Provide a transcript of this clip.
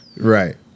right